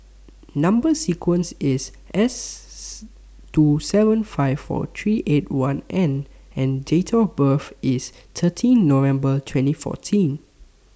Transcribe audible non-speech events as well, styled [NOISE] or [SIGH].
Number sequence IS S [UNINTELLIGIBLE] two seven five four three eight one N and Date of birth IS thirteen November twenty fourteen